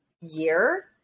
year